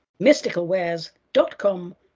mysticalwares.com